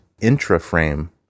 intra-frame